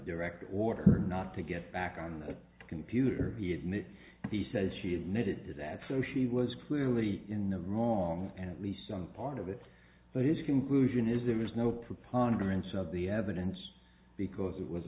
direct order not to get back on the computer he had in it he says she admitted to that so she was clearly in the wrong and least some part of it but his conclusion is there is no preponderance of the evidence because it was